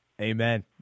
Amen